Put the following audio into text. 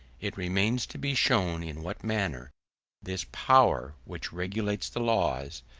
it remains to be shown in what manner this power, which regulates the laws,